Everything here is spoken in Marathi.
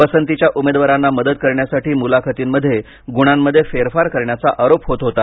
पसंतीच्या उमेदवारांना मदत करण्यासाठी मुलाखतींमध्ये गुणांमध्ये फेरफार करण्याचा आरोप होत होता